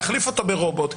להחליף אותו ברובוט,